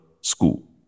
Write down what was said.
school